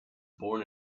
born